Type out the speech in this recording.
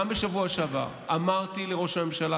גם בשבוע שעבר אמרתי לראש הממשלה,